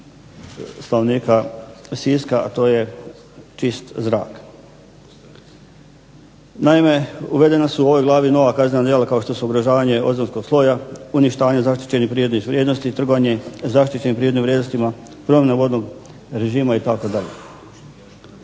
stanovnika Siska, a to je čist zrak. Naime, uvedena su u ovoj glavi nova kaznena djela kao što su ugrožavanje ozonskog sloja, uništavanje zaštićenih prirodnih vrijednosti, trgovanje zaštićenim prirodnim vrijednostima, …/Ne razumije se./… režima itd.